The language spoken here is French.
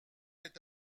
est